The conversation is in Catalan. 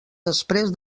després